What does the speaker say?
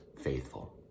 faithful